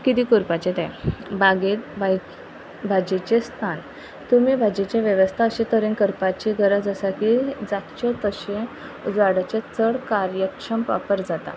कितें करपाचे ते बागेंत बाय भाजयेचे स्थान तुमी भाजीचे वेवस्था अशे तरेन करपाची गरज आसा की जातचे तशें झाडाचे चड कार्यक्षम वापर जाता